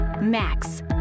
max